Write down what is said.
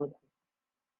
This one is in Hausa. ku